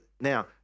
now